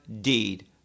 deed